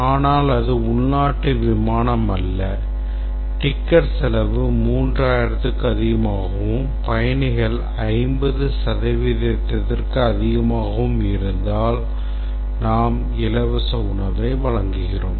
ஆனால் அது உள்நாட்டு விமானம் அல்ல டிக்கெட் செலவு 3000 க்கும் அதிகமாகவும் பயணிகள் 50 சதவீதத்திற்கும் அதிகமாகவும் இருந்தால் நாம் இலவச உணவை வழங்குகிறோம்